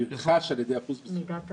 ונרכש על ידי אחוז